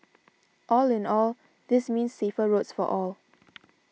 all in all this means safer roads for all